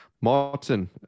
Martin